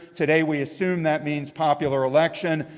today we assume that means popular election.